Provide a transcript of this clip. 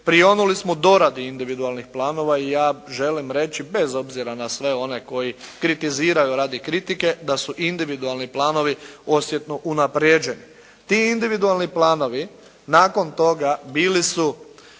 prionuli smo doradi individualnih planova i ja želim reći bez obzira na sve one koji kritiziraju radi kritike, da su individualni planovi osjetno unaprijeđeni. Ti individualni planovi nakon toga bili su